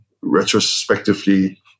retrospectively